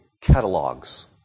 catalogs